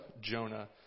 Jonah